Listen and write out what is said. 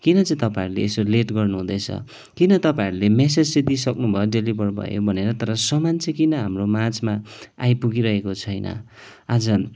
किन चाहिँ तपाईँहरूले यस्तो लेट गर्नु हुँदैछ किन तपाईँहरूले मेसेज चाहिँ दिइसक्नु भयो डेलिभर भयो भनेर तर सामान चाहिँ किन हाम्रो माझमा आइपुगिरहेको छैन आज